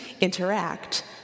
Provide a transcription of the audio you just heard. interact